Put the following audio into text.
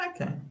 okay